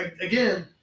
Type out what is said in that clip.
again –